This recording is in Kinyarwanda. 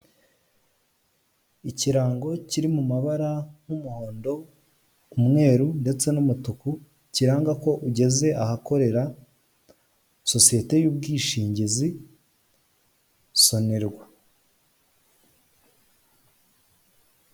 Ikirango kiri mu mabara nk'umuhondo umweru ndetse n'umutuku, kiranga ko ugeze ahakorera sosiyete y'ubwishingizi sonerwa.